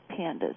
PANDAS